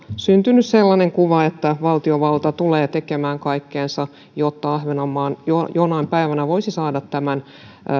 syntynyt sellainen kuva että valtiovalta tulee tekemään kaikkensa jotta ahvenanmaa jonain päivänä voisi saada